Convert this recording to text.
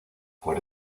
por